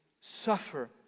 suffer